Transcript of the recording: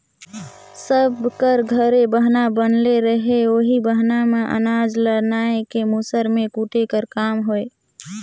सब कर घरे बहना बनले रहें ओही बहना मे अनाज ल नाए के मूसर मे कूटे कर काम होए